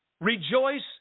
Rejoice